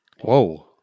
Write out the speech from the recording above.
Whoa